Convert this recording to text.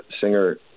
singer